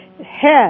Head